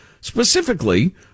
Specifically